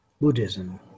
Buddhism